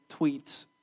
tweets